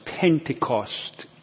Pentecost